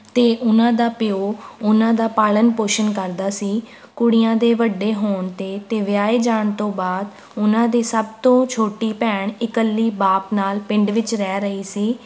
ਅਤੇ ਉਨ੍ਹਾਂ ਦਾ ਪਿਓ ਉਨ੍ਹਾਂ ਦਾ ਪਾਲਣ ਪੋਸ਼ਣ ਕਰਦਾ ਸੀ ਕੁੜੀਆਂ ਦੇ ਵੱਡੇ ਹੋਣ 'ਤੇ ਅਤੇ ਵਿਆਹੇ ਜਾਣ ਤੋਂ ਬਾਅਦ ਉਨ੍ਹਾਂ ਦੇ ਸਭ ਤੋਂ ਛੋਟੀ ਭੈਣ ਇਕੱਲੀ ਬਾਪ ਨਾਲ ਪਿੰਡ ਵਿੱਚ ਰਹਿ ਰਹੀ ਸੀ